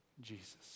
Jesus